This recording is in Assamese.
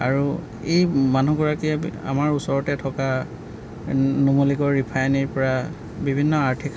আৰু এই মানুহ গৰাকীয়ে আমাৰ ওচৰতে থকা ন নুমলীগড় ৰিফাইনাৰীৰ পৰা বিভিন্ন আৰ্থিক